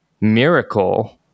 miracle